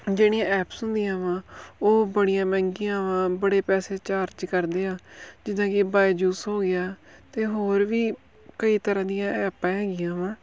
ਜਿਹੜੀਆਂ ਐਪਸ ਹੁੰਦੀਆਂ ਵਾ ਉਹ ਬੜੀਆਂ ਮਹਿੰਗੀਆਂ ਵਾ ਬੜੇ ਪੈਸੇ ਚਾਰਜ ਕਰਦੇ ਆ ਜਿੱਦਾਂ ਕਿ ਬਾਏਜੂਸ ਹੋ ਗਿਆ ਅਤੇ ਹੋਰ ਵੀ ਕਈ ਤਰ੍ਹਾਂ ਦੀਆਂ ਐਪਾਂ ਹੈਗੀਆਂ ਵਾ